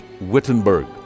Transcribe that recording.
Wittenberg